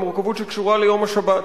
המורכבות שקשורה ליום השבת.